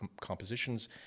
compositions